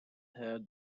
hurt